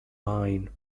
mine